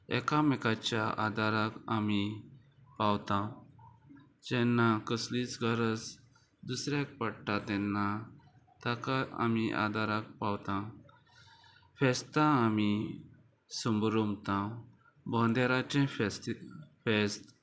एकामेकाच्या आदाराक आमी पावता जेन्ना कसलीच गरज दुसऱ्याक पडटा तेन्ना ताका आमी आदाराक पावता फेस्तां आमी समरुमता भोंवदेराचे फेस्त फेस्त